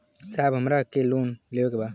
साहब हमरा के लोन लेवे के बा